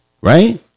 Right